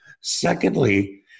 Secondly